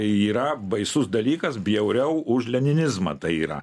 yra baisus dalykas bjauriau už leninizmą tai yra